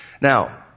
Now